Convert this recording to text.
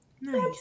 Nice